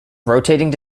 rotating